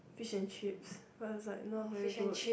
fish and chips I was like not very good